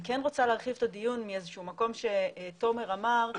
אני כן רוצה להרחיב את הדיון מאיזשהו מקום שתומר אמר,